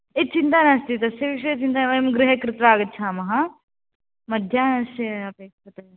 ए चिन्ता नास्ति तस्य विषये चिन्ता वयं गृहे कृत्वा आगच्छामः मध्याह्नस्यापि